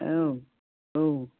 औ औ